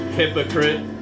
hypocrite